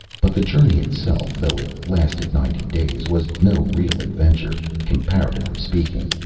but the journey itself, though it lasted ninety days, was no real adventure comparatively speaking.